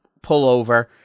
pullover